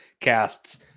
casts